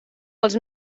els